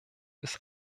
ist